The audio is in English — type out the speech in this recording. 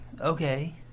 Okay